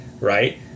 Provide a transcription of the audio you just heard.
Right